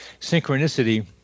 synchronicity